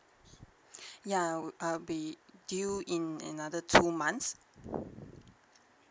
yeah I'll be due in another two months